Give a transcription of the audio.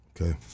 Okay